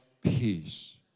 peace